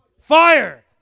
Fire